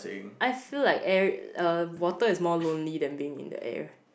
I feel like air uh water is more lonely than being in the air